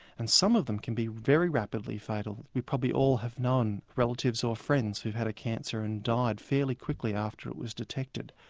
and some of them can be very rapidly fatal. we probably all have known relatives or friends who had had a cancer and died fairly quickly after it was detected.